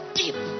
deep